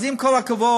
אז עם כל הכבוד,